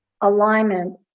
alignment